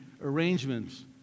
arrangements